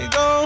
go